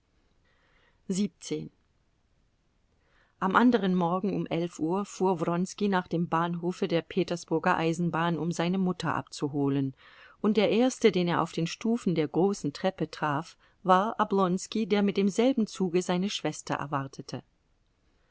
am anderen morgen um elf uhr fuhr wronski nach dem bahnhofe der petersburger eisenbahn um seine mutter abzuholen und der erste den er auf den stufen der großen treppe traf war oblonski der mit demselben zuge seine schwester erwartete